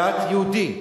יהודי.